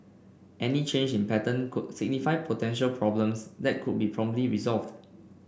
any change in pattern could signify potential problems that could be promptly resolved